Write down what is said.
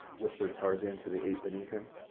whispered tarzan to the ape beneath him.